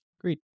great